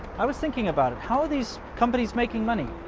i was thinking about it how these companies making money?